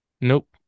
Nope